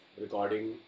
recording